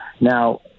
Now